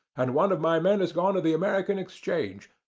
and one of my men has gone to the american exchange,